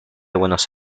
buenos